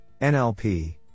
NLP